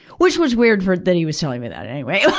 which was weird for, that he was telling me that anyway.